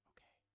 Okay